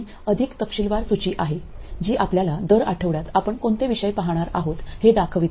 ही अधिक तपशीलवार सूची आहे जी आपल्याला दर आठवड्यात आपण कोणते विषय पाहणार आहोत हे दाखवते